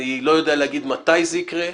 אני לא יודע להגיד מתי זה יקרה.